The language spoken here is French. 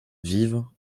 vive